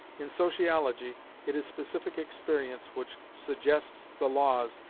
in sociology it is specific experience which suggests the laws,